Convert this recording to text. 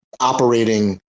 operating